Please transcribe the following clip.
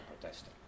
protesting